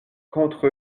contre